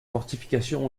fortifications